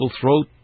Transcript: throat